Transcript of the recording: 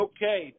Okay